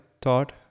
thought